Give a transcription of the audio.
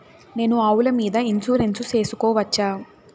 నేను ఆవుల మీద ఇన్సూరెన్సు సేసుకోవచ్చా?